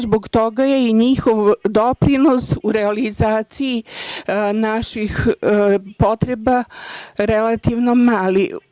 Zbog toga je i njihov doprinos u realizaciji naših potreba relativno mali.